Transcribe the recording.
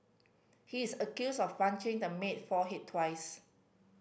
he is accused of punching the maid forehead twice